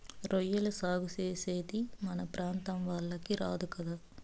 రొయ్యల సాగు చేసేది మన ప్రాంతం వాళ్లకి రాదు కదా